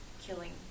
killing